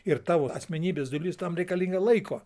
ir tavo asmenybės dalis tam reikalinga laiko